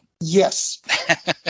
Yes